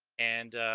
and